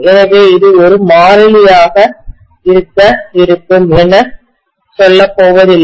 எனவே இது ஒரு மாறிலி ஆக இருக்கும் என செல்லப்போவதில்லை